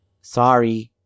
Sorry